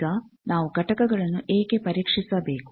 ಈಗ ನಾವು ಘಟಕಗಳನ್ನು ಏಕೆ ಪರೀಕ್ಷಿಸಬೇಕು